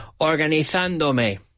Organizándome